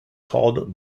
called